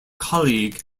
colleague